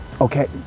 okay